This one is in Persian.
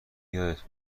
یادت